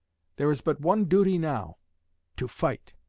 there is but one duty now to fight.